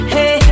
Hey